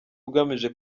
ugamije